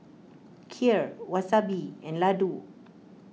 Kheer Wasabi and Ladoo